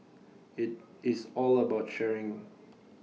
IT is all about sharing